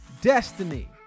Destiny